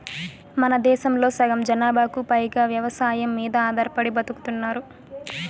మనదేశంలో సగం జనాభాకు పైగా వ్యవసాయం మీద ఆధారపడి బతుకుతున్నారు